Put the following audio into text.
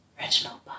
Reginald